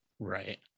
right